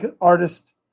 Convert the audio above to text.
artist